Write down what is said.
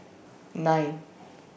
nine